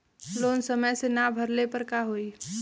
Loan समय से ना भरले पर का होयी?